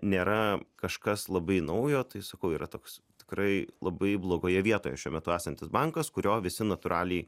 nėra kažkas labai naujo tai sakau yra toks tikrai labai blogoje vietoje šiuo metu esantis bankas kurio visi natūraliai